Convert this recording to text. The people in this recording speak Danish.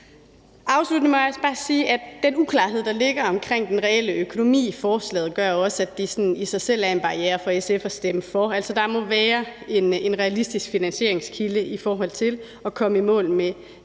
Afslutningsvis må jeg også bare sige, at den uklarhed, der ligger omkring den reelle økonomi i forslaget, også gør, at det i sig selv er en barriere for SF at stemme for. Der må være en realistisk finansieringskilde i forhold til at komme i mål med